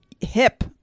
hip